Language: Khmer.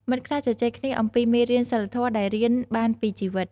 មិត្តខ្លះជជែកគ្នាអំពីមេរៀនសីលធម៌ដែលរៀនបានពីជីវិត។